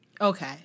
Okay